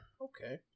Okay